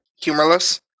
humorless